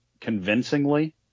convincingly